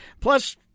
plus